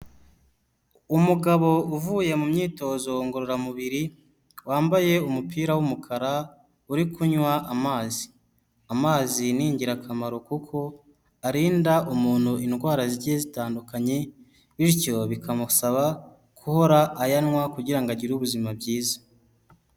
Umugabo uvuye mu myitozo ngororamubiri, wambaye umupira w'umukara, uri kunywa amazi. Amazi ni ingirakamaro kuko arinda umuntu indwara zigiye zitandukanye, bityo bikamusaba guhora ayanwa, kugira ngo agire ubuzima bwiza.